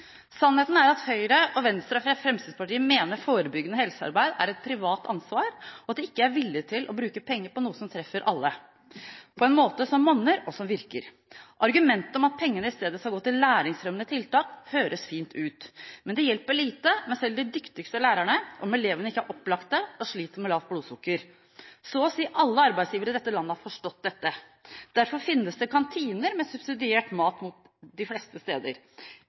Sannheten er at Høyre, Venstre og Fremskrittspartiet mener forebyggende helsearbeid er et privat ansvar, og at de ikke er villige til å bruke penger på noe som treffer alle, på en måte som monner og som virker. Argumentet om at pengene i stedet skal gå til læringsfremmende tiltak, høres fint ut. Men det hjelper lite med selv de dyktigste lærerne om elevene ikke er opplagt og sliter med lavt blodsukker. Så å si alle arbeidsgivere i dette landet har forstått dette. Derfor finnes det kantiner med subsidiert mat de fleste steder.